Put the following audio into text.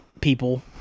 people